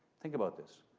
think about this.